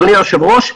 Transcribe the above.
אדוני היושב-ראש,